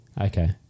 Okay